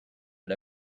but